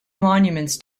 monuments